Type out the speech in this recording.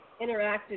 interacted